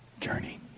journey